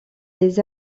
les